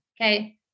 okay